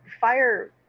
Fire